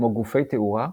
כמו גופי תאורה,